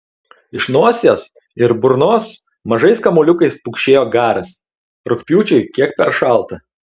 iš nosies ir burnos mažais kamuoliukais pukšėjo garas rugpjūčiui kiek per šalta